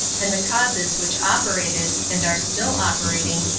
and the causes which operated, and are still operating,